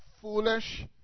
foolish